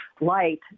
light